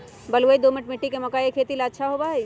बलुई, दोमट मिट्टी मक्का के खेती ला अच्छा होबा हई